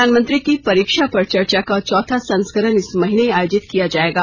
प्रधानमंत्री की परीक्षा पर चर्चा का चौथा संस्करण इस महीने आयोजित किया जाएगा